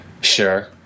Sure